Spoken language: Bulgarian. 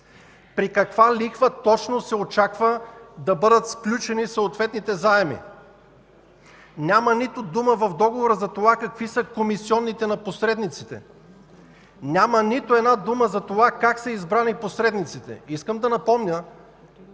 при каква лихва точно се очаква да бъдат сключени съответните заеми. Няма нито дума в договора за това какви са комисионните на посредниците. Няма нито една дума за това как са избрани посредниците. Искам да напомня,